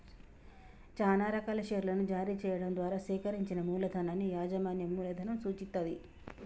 చానా రకాల షేర్లను జారీ చెయ్యడం ద్వారా సేకరించిన మూలధనాన్ని యాజమాన్య మూలధనం సూచిత్తది